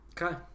Okay